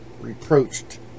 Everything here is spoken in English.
reproached